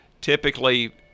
typically